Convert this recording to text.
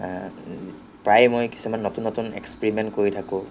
প্ৰায়ে মই কিছুমান নতুন নতুন এক্সপ্ৰিমেন্ট কৰি থাকোঁ